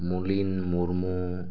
Mulin Murmu